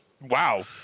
wow